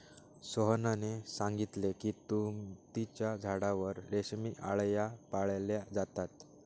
सोहनने सांगितले की तुतीच्या झाडावर रेशमी आळया पाळल्या जातात